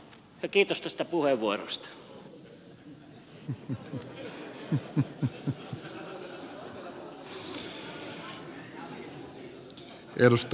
ja kiitos tästä puheenvuorosta